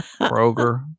Kroger